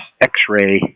X-ray